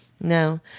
No